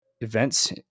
events